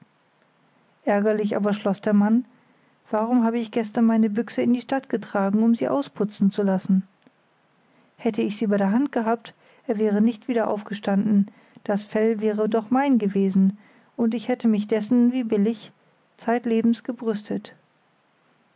ärgerlich aber schloß der mann warum habe ich gestern meine büchse in die stadt getragen um sie ausputzen zu lassen hätte ich sie bei der hand gehabt er wäre nicht wieder aufgestanden das fell wäre doch mein gewesen und ich hätte mich dessen wie billig zeitlebens gebrüstet